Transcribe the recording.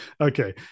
Okay